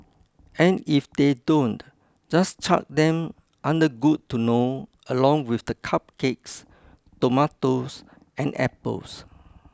and if they don't just chuck them under good to know along with the cupcakes tomatoes and apples